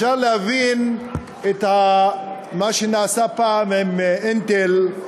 אפשר להבין את מה שנעשה פעם עם "אינטל",